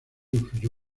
influyó